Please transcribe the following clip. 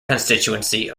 constituency